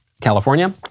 California